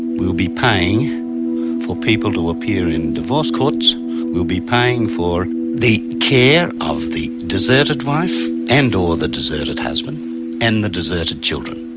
we'll be paying for people to appear in divorce courts we'll be paying for the care of the deserted wife and or the deserted husband and the deserted children.